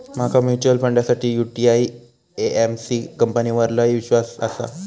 माका म्यूचुअल फंडासाठी UTI AMC कंपनीवर लय ईश्वास आसा